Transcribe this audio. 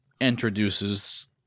introduces